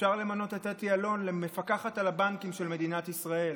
אפשר למנות את אתי אלון למפקחת על הבנקים של מדינת ישראל,